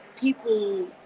people